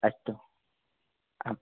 अस्तु आम्